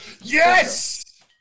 Yes